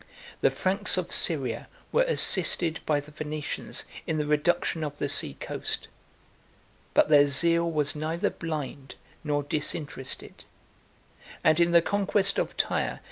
the franks of syria were assisted by the venetians in the reduction of the sea coast but their zeal was neither blind nor disinterested and in the conquest of tyre,